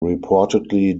reportedly